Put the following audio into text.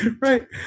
right